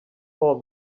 all